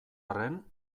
arren